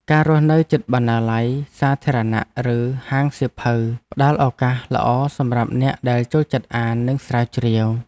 ការរស់នៅជិតបណ្ណាល័យសាធារណៈឬហាងសៀវភៅផ្តល់ឱកាសល្អសម្រាប់អ្នកដែលចូលចិត្តអាននិងស្រាវជ្រាវ។